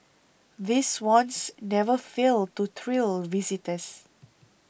these swans never fail to thrill visitors